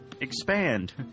Expand